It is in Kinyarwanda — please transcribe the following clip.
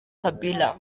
kabila